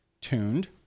tuned